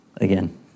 again